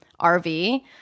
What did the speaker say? RV